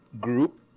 group